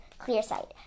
Clearsight